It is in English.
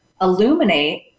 illuminate